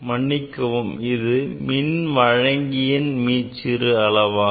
மன்னிக்கவும் இது மின் வழங்கியின் மீச்சிறு அளவாகும்